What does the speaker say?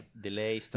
Delay